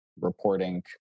reporting